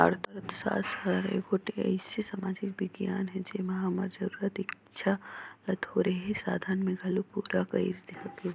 अर्थसास्त्र हर एगोट अइसे समाजिक बिग्यान हे जेम्हां हमर जरूरत, इक्छा ल थोरहें साधन में घलो पूरा कइर सके